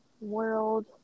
world